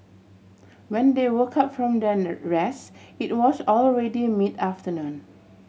when they woke up from their rest it was already mid afternoon